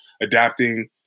adapting